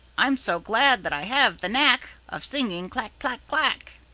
i'm so glad that i have the knack of singing clack! clack! clack!